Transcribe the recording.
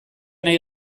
nahi